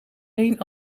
één